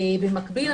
במקביל,